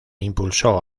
impulsó